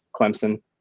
Clemson